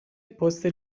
پست